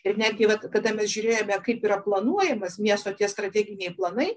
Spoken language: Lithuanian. ir netgi yra kada mes žiūrėjome kaip yra planuojamas miesto tie strateginiai planai